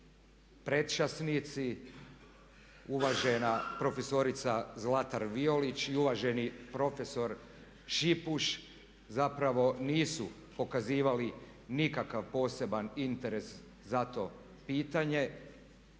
predčasnici, uvažena prof. Zlatar Violić i uvaženi prof. Šipuš zapravo nisu pokazivali nikakav poseban interes za to pitanje.